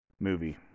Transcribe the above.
movie